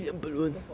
just for this